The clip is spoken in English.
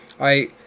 I